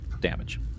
damage